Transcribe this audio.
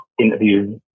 interview